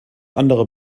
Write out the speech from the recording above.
andere